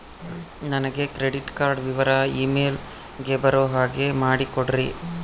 ನನಗೆ credit card ವಿವರ email ಗೆ ಬರೋ ಹಾಗೆ ಮಾಡಿಕೊಡ್ರಿ?